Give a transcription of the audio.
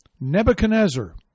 Nebuchadnezzar